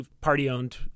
party-owned